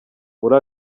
muri